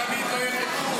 תמיד לא יחשו".